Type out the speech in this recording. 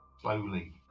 slowly